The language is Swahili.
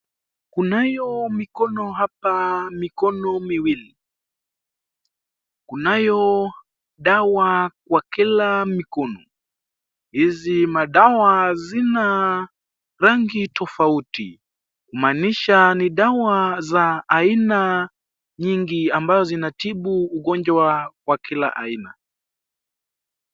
Kunayo mikono hapa mikono miwili, kunayo dawa kwa kila mikono. Hizi madawa zina rangi tofauti kumanisha ni dawa za aina nyingi ambao zinatibu ugonjwa wa kila aina .